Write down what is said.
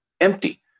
empty